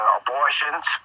abortions